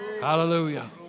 hallelujah